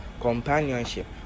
companionship